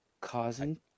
Causing